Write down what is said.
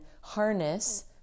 harness